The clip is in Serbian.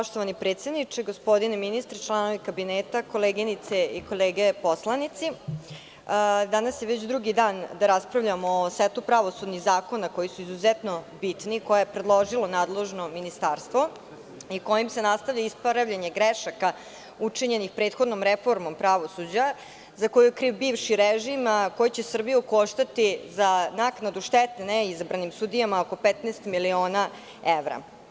Poštovani predsedniče, gospodine ministre, članovi kabineta, koleginice i kolege poslanici, danas je već drugi dan da raspravljamo o setu pravosudnih zakona, koji su izuzetno bitni, koje je predložilo nadležno ministarstvo i kojim se nastavlja ispravljanje grešaka učinjenih prethodnom reformom pravosuđa za koju je kriv bivši režim, a koja će Srbiju koštati za naknadu štete neizabranim sudijama oko 15 miliona evra.